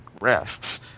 risks